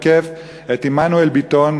תוקף את עמנואל ביטון,